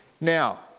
Now